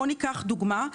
לדוגמה,